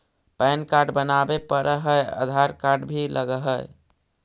Pan card बनावे पडय है आधार कार्ड भी लगहै?